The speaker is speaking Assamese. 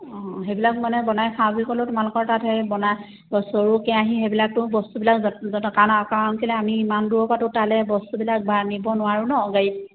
অঁ সেইবিলাক মানে বনাই খাওঁ বুলি ক'লেও তোমালোকৰ তাত সেই বনাই চৰু কেৰাহী সেইবিলাকতো বস্তুবিলাক কাৰণ কেলেই আমি ইমান দূৰৰ পৰাতো তালৈ বস্তুবিলাক বা নিব নোৱাৰোঁ নহ্ গাড়ীত